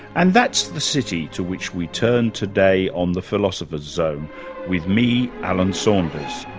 and that's the city to which we turn today on the philosopher's zone with me, alan saunders.